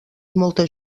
molta